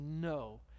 no